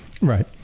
Right